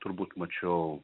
turbūt mačiau